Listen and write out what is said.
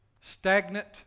stagnant